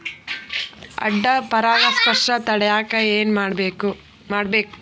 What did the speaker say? ಅಡ್ಡ ಪರಾಗಸ್ಪರ್ಶ ತಡ್ಯಾಕ ಏನ್ ಮಾಡ್ಬೇಕ್?